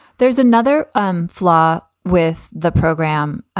there's another um flaw with the program,